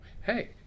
hey